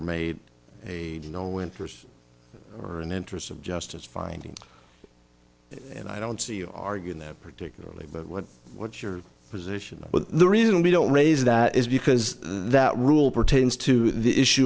made a no winters or an interest of justice finding and i don't see you arguing that particularly but what what's your position but the reason we don't raise that is because that rule pertains to the issue